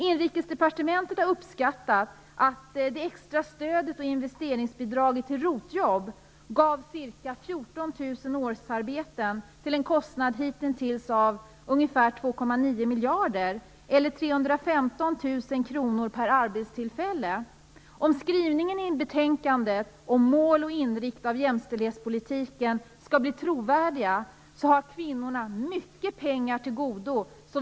Inrikesdepartementet har uppskattat att det extra stödet och investeringsbidraget till ROT-jobb gav ca 14 000 årsarbeten till en kostnad hitintills av ungefär 2,9 miljarder, eller 315 000 kr per arbetstillfälle. Om skrivningen i betänkandet om mål och inriktning i fråga om jämställdhetspolitiken skall bli trovärdig har kvinnorna mycket pengar till godo.